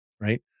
right